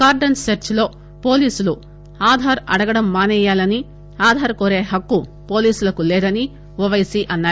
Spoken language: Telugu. కార్గస్ సెర్స్ లో పోలీసులు ఆధార్ అడగడం మానెయ్యాలని ఆధార్ కోరే హక్కు పోలీసులకు లేదని ఓపైసీ అన్నారు